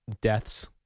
deaths